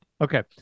Okay